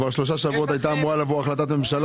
כבר שלושה שבועות הייתה אמורה לבוא החלטת ממשלה